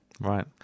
Right